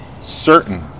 certain